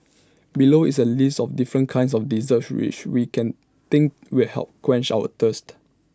below is A list of different kinds of desserts which we think will help quench our thirst